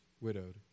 widowed